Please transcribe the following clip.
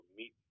meet